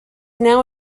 now